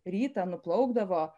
rytą nuplaukdavo